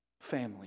family